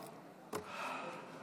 נגד,